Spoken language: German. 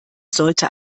sollte